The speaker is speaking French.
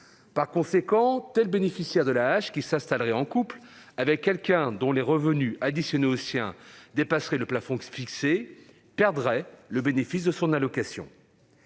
Par conséquent, tel bénéficiaire de l'AAH qui s'installerait en couple avec quelqu'un dont les revenus, additionnés aux siens, dépasseraient le plafond fixé perdrait le bénéfice de son allocation.